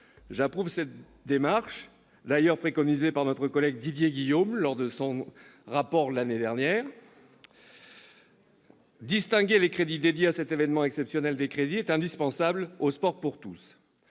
J'approuve cette démarche, d'ailleurs préconisée par notre collègue Didier Guillaume dans son rapport publié l'année dernière, qui permettra de distinguer les crédits dédiés à cet événement exceptionnel des crédits indispensables au sport pour tous.